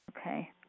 Okay